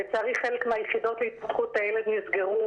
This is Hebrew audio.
לצערי חלק מהיחידות להתפתחות הילד נסגרו